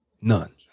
None